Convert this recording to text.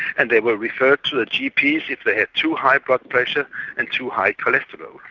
and they were referred to their gps if they had too high blood pressure and too high cholesterol.